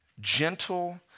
gentle